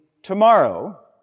tomorrow